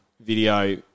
video